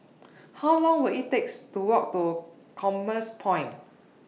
How Long Will IT takes to Walk to Commerce Point